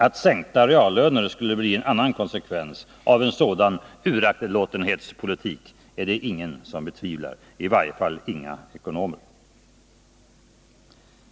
Att sänkta reallöner skulle bli en annan konsekvens av en sådan uraktlåtenhetspolitik är det ingen som betvivlar, i varje fall inga ekonomer.